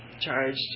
charged